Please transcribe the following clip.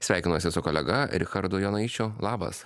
sveikinuosi su kolega richardu jonaičiu labas